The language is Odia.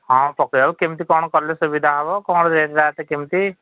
ହଁ ପକେଇବାକୁ କେମିତି କ'ଣ କଲେ ସୁବିଧା ହେବ କ'ଣ ରେଟ୍ ରାଟ୍ କେମିତି